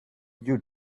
you